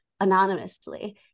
anonymously